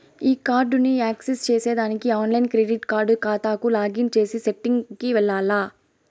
ఈ కార్డుని యాక్సెస్ చేసేదానికి ఆన్లైన్ క్రెడిట్ కార్డు కాతాకు లాగిన్ చేసే సెట్టింగ్ కి వెల్లాల్ల